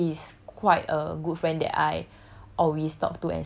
and the thing is he's quite a good friend that I